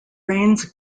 rains